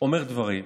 היושב-ראש,